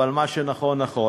אבל מה שנכון נכון,